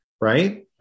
right